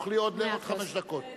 עוד חמש דקות.